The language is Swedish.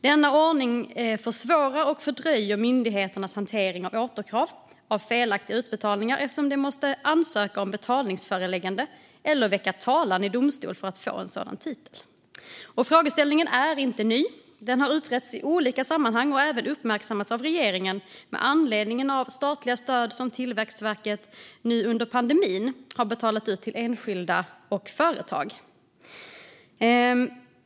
Denna ordning försvårar och fördröjer myndigheternas hantering av återkrav av felaktiga utbetalningar, eftersom de måste ansöka om betalningsföreläggande eller väcka talan i domstol för att få en sådan titel. Frågeställningen är inte ny. Den har utretts i olika sammanhang och har även uppmärksammats av regeringen med anledning av statliga stöd som Tillväxtverket under pandemin betalat ut till enskilda och företag.